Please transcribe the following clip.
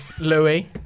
Louis